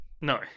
No